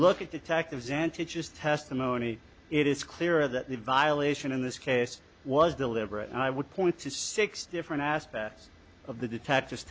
look at detectives and teaches testimony it is clear that the violation in this case was deliberate and i would point to six different aspects of the detectors